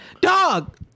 dog